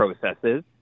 processes